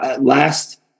Last